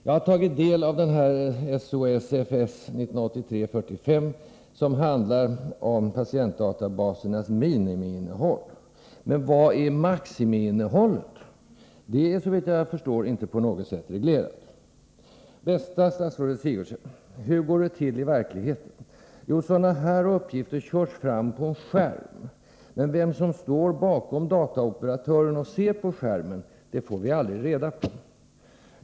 Jag har tagit del av SOSFS 1983:45, som handlar om patientdatabasernas minimiinnehåll. Men vad är deras maximiinnehåll? Det är, såvitt jag förstår, inte på något sätt reglerat. Bästa statsrådet Sigurdsen! Hur går det till i verkligheten? Jo, sådana här uppgifter körs fram på en skärm. Men vem som står bakom dataoperatören och ser på den skärmen får vi aldrig reda på.